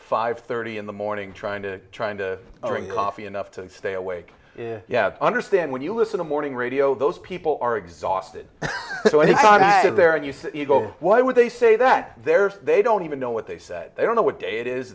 five thirty in the morning trying to trying to drink coffee enough to stay awake yeah i understand when you listen to morning radio those people are exhausted so it's not there and you go why would they say that there's they don't even know what they said they don't know what day it is